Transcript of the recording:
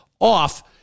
off